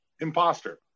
imposter